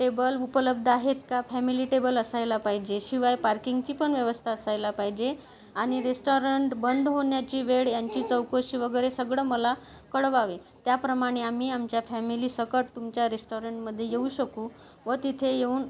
table उपलब्ध आहेत का फॅमिली टेबल असायला पाहिजे शिवाय पार्किंगची पण व्यवस्था असायला पाहिजे आणि रेस्टाॅरंट बंद होण्याची वेळ यांची चौकशी वगैरे सगळं मला कळवावे त्याप्रमाणे आम्ही आमच्या फॅमिलीसकट तुमच्या रेस्टाॅरंटमध्ये येऊ शकू व तिथे येऊन